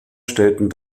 stellten